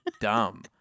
dumb